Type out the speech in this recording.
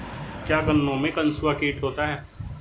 क्या गन्नों में कंसुआ कीट होता है?